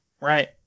Right